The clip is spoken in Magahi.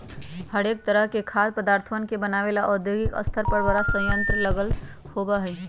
हरेक तरह के खाद्य पदार्थवन के बनाबे ला औद्योगिक स्तर पर बड़ा संयंत्र लगल होबा हई